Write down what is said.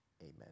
Amen